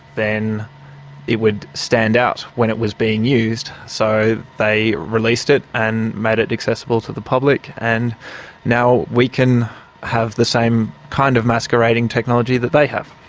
then it would stand out when it was being used, so they released it and made it accessible to the public and now we can have the same kind of masquerading technology that they have.